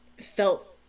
felt